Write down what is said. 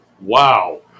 Wow